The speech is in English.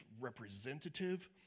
representative